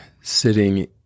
sitting